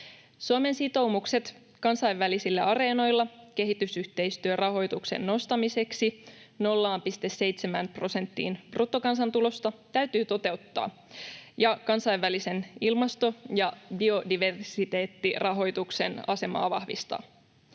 Suomen sitoumukset kansainvälisillä areenoilla kehitysyhteistyörahoituksen nostamiseksi 0,7 prosenttiin bruttokansantulosta täytyy toteuttaa ja kansainvälisen ilmasto- ja biodiversiteettirahoituksen asemaa vahvistaa.